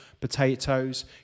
potatoes